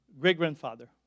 great-grandfather